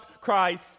Christ